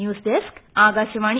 news desk Akashvani